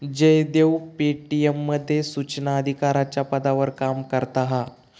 Jaydev Paytm मध्ये सुचना अधिकाराच्या पदावर काम करता हा